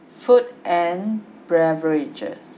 food and beverages